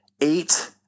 eight